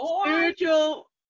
Spiritual